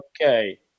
okay